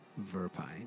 Verpine